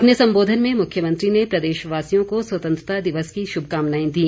अपने संबोधन में मुख्यमंत्री ने प्रदेशवासियों को स्वतंत्रता दिवस की शुभकामनाएं दी